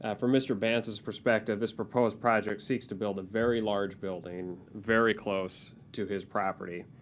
ah from mr. bantz's perspective, this proposed project seeks to build a very large building very close to his property.